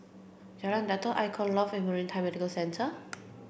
Jalan Datoh Icon Loft and Maritime Medical Centre